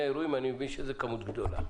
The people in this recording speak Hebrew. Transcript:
האירועים אני מבין שמדובר בכמות גדולה.